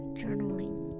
journaling